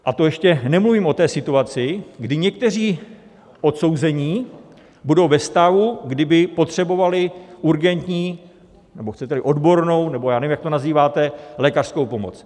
A to ještě nemluvím o situaci, kdy někteří odsouzení budou ve stavu, kdyby potřebovali urgentní, nebo chceteli, odbornou nebo já nevím, jak to nazýváte lékařskou pomoc.